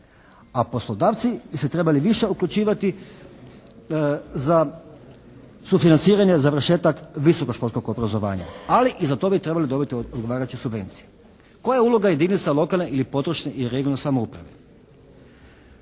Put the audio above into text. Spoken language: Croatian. a poslodavci bi se trebali više uključivali za sufinanciranje za završetak visoko školskog obrazovanja. Ali i za to bi trebali dobiti odgovarajuće subvencije. Koja je uloga jedinica lokalne ili područne i regionalne samouprave?